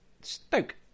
Stoke